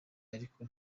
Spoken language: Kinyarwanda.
ariko